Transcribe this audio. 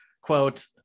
quote